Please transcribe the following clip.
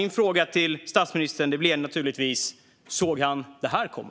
Min fråga till statsministern är naturligtvis: Såg han detta komma?